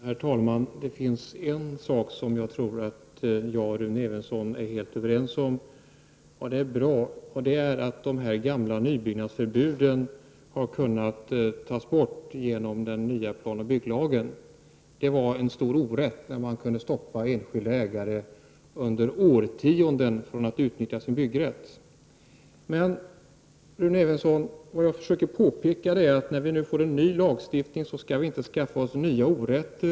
Herr talman! En sak tror jag att Rune Evensson och jag är helt överens om, nämligen att de gamla nybyggnadsförbuden har kunnat tas bort genom den nya planoch bygglagen. Det var en stor orätt när man tidigare under flera årtionden kunde stoppa enskilda ägare från att utnyttja sin byggrätt. När vi nu får en ny lagstiftning skall vi inte, Rune Evensson, skapa nya orätter.